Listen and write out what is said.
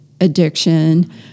addiction